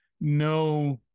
no